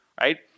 right